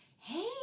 hey